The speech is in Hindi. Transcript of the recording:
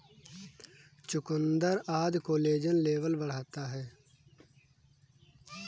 चुकुन्दर आदि कोलेजन लेवल बढ़ाता है